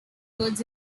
courts